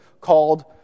called